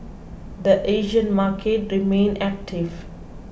the Asian market remained active